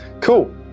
cool